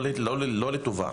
לא לחיוב.